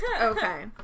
Okay